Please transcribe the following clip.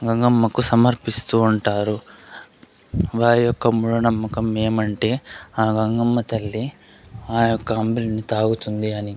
గంగమ్మకు సమర్పిస్తూ ఉంటారు వారి యొక్క మూఢ నమ్మకం ఏమంటే ఆ గంగమ్మ తల్లి ఆ యొక్క అంబిలిని తాగుతుంది అని